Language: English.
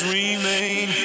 remain